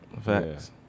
Facts